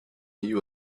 you